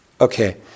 okay